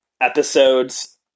episodes